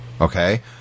Okay